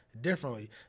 differently